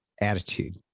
attitude